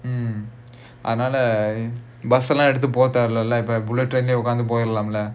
mm அது நாலா:athu naala bus லாம் எடுத்துட்டு போ தேவ இல்லாத:laam eduthuttu po theva illaatha bullet train லேயே போய்டலாம்ல:layae poyidalaamla